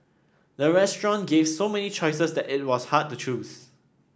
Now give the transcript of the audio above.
the restaurant gave so many choices that it was hard to choose